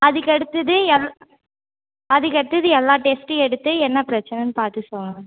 அதுகடுத்தது எல் அதுக்கடுத்து எல்லா டெஸ்ட்டியும் எடுத்து என்ன பிரச்சனைனு பார்த்து சொல்கிறேன்